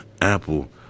Apple